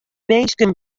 minsken